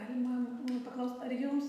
galima nu paklaust ar jums